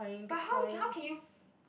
but how how can you